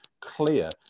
clear